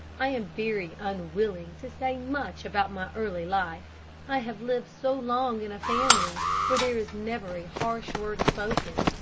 i am very unwilling to say much about my early life, i have lived so long in a family where there is never a harsh word spoken,